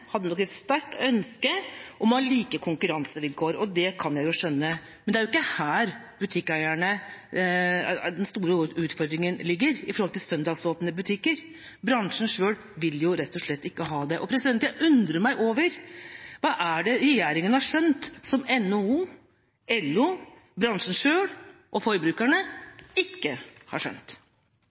kan jeg jo skjønne, men det er ikke her den store utfordringen ligger med hensyn til søndagsåpne butikker. Bransjen selv vil jo rett og slett ikke ha det. Jeg under meg over: Hva er det regjeringa har skjønt som NHO, LO, bransjen selv og forbrukerne ikke har skjønt?